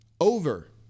over